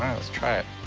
let's try it.